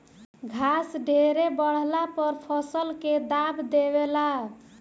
घास ढेरे बढ़ला पर फसल के दाब देवे ला